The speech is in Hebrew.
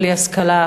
בלי השכלה,